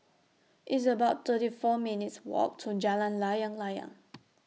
It's about thirty four minutes' Walk to Jalan Layang Layang